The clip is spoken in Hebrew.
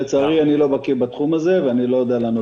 לצערי אני לא בקי בתחום הזה ואני לא יודע לענות.